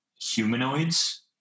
humanoids